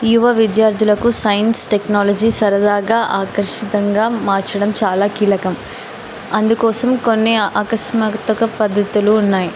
యువ విద్యార్థులకు science technology సరదాగా ఆకర్షనీయంగా మార్చడం చాలా కీలకం అందుకోసం కొన్ని అకస్మాత్తు పద్ధతులు ఉన్నాయి